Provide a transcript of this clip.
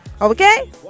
Okay